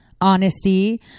honesty